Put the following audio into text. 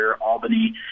Albany